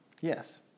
yes